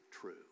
true